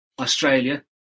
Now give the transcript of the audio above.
Australia